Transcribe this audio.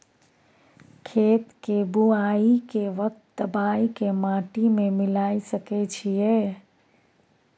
खेत के बुआई के वक्त दबाय के माटी में मिलाय सके छिये?